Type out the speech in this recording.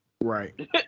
Right